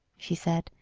she said,